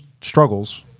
struggles